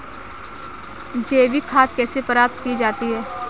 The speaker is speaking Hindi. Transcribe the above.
जैविक खाद कैसे प्राप्त की जाती है?